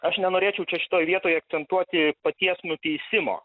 aš nenorėčiau čia šitoj vietoje akcentuoti paties nuteisimo